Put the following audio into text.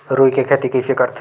रुई के खेती कइसे करथे?